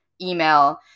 email